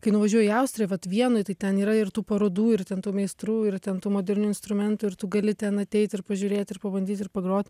kai nuvažiuoji į austriją vat vienoj tai ten yra ir tų parodų ir ten tų meistrų ir ten tų modernių instrumentų ir tu gali ten ateit ir pažiūrėt ir pabandyt ir pagrot